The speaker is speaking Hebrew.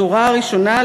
בשורה הראשונה,